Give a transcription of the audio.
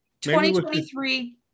2023